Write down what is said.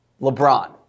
LeBron